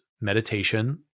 meditation